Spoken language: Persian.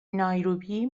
نایروبی